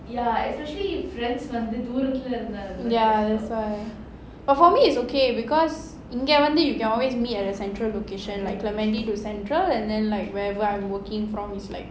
ya that's why but for me it's okay because இங்க வந்து:inga vandhu we can always meet at a central location like clementi to central and then wherever I'm working from is like